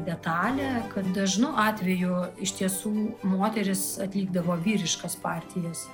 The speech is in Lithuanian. detalė kad dažnu atveju iš tiesų moterys atlikdavo vyriškas partijas